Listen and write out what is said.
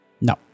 No